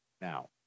now